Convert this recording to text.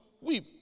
weep